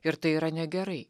ir tai yra negerai